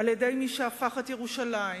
על-ידי מי שהפך את ירושלים,